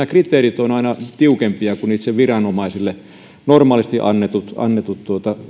kriteerit ovat aina tiukempia kuin itse viranomaisille normaalisti annetut annetut